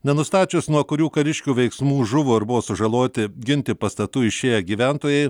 nenustačius nuo kurių kariškių veiksmų žuvo ir buvo sužaloti ginti pastatų išėję gyventojai